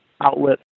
outlet